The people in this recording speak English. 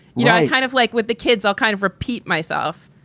yeah kind of like with the kids. i'll kind of repeat myself.